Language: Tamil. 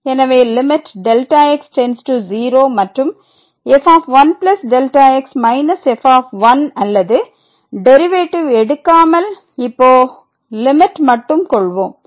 எனவே லிமிட் Δx→0 மற்றும் f1Δx f அல்லது டெரிவேட்டிவ் எடுக்காமல் இப்போ லிமிட் மட்டும் கொள்வோம்